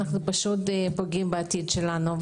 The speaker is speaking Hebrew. זה אסון לעתיד שלנו.